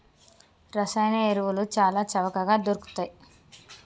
రసాయన ఎరువులు చాల చవకగ దొరుకుతయ్